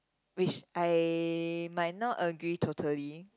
which I might not agree totally